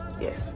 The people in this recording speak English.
Yes